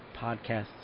podcasts